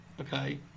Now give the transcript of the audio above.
okay